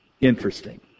Interesting